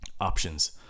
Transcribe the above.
options